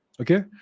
Okay